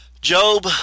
Job